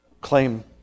claim